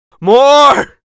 More